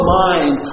mind